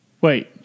wait